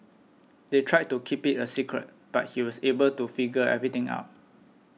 they tried to keep it a secret but he was able to figure everything out